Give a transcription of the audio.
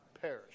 perish